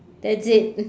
that's it